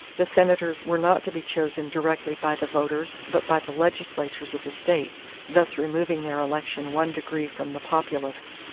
the senators were not to be chosen directly by the voters but by the legislatures of the states, thus removing their election one degree from the populace.